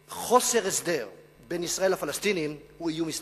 שחוסר הסדר בין ישראל לפלסטינים הוא איום אסטרטגי.